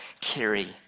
carry